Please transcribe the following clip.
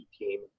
team